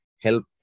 help